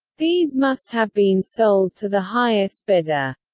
these must have been sold to the highest bidder.